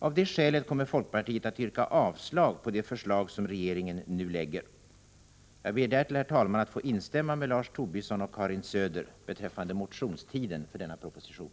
Av det skälet kommer folkpartiet att yrka avslag på de förslag som regeringen nu lägger fram. Jag ber därtill, herr talman, att få instämma med Lars Tobisson och Karin Söder beträffande motionstiden för denna proposition.